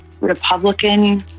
republican